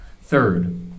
third